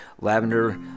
lavender